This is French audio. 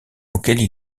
auxquelles